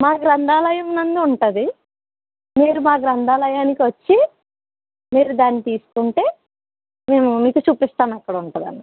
మా గ్రంథాలయమునందు ఉంటుంది మీరు మా గ్రంథాలయానికి వచ్చి మీరు దాన్ని తీసుకుంటే మేము మీకు చూపిస్తాము ఎక్కడ ఉంటుంది అని